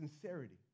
sincerity